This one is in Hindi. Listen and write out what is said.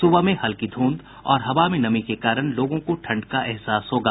सुबह में हल्की धूंध और हवा में नमी के कारण लोगों को ठंड का एहसास होगा